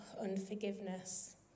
unforgiveness